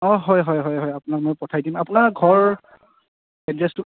অঁ হয় হয় হয় আপোনাক মই পঠাই দিম আপোনাৰ ঘৰ এড্ৰেছটো